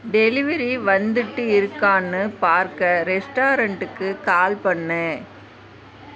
delivery வந்துட்டு இருக்கான்னு பார்க்க ரெஸ்ட்டாரண்டுக்கு கால் பண்ணு